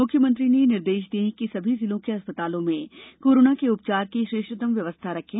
मुख्यमंत्री ने निर्देश दिए कि सभी जिलों में अस्पतालों में कोरोना के उपचार की श्रेष्ठतम व्यवस्था रखें